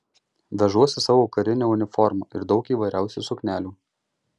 vežuosi savo karinę uniformą ir daug įvairiausių suknelių